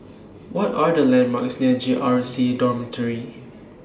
What Are The landmarks near J R C Dormitory